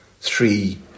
three